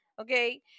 Okay